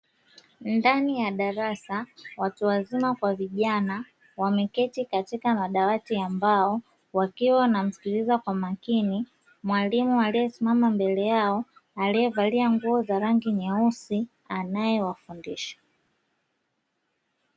Ndani ya darasa. Watu wazima kwa vijana, wameketi katika madawati ya mbao wakiwa wanamsikiliza kwa makini mwalimu aliyesimama mbele yao, aliyevalia nguo za rangi nyeusi, anayewafundisha.